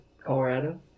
Colorado